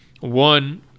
one